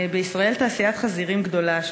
בישראל תעשיית חזירים גדולה,